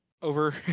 over